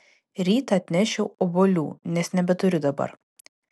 ryt atnešiu obuolių nes nebeturiu dabar